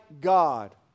God